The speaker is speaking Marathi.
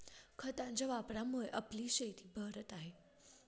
खतांच्या वापरामुळे आपली शेतं बहरत आहेत